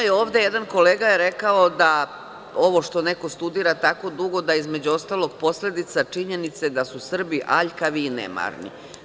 Jedan kolega je rekao da ovo što neko studira tako dugo je između ostalog posledica činjenice da su Srbi aljkavi i nemarni.